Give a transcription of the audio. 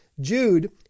Jude